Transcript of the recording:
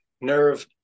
nerve